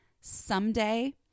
someday